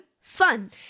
fun